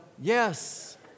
yes